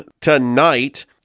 tonight